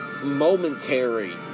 momentary